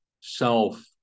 self